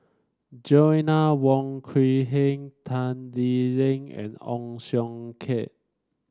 Joanna Wong Quee Heng Tan Lee Leng and Ong Siong Kai